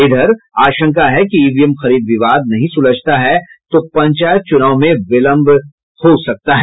इधर आशंका है कि ईवीएम खरीद विवाद नहीं सुलझता है तो पंचायत चुनाव में विलंब से हो सकता है